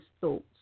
thoughts